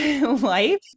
life